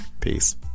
Peace